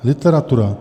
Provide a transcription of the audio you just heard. Literatura.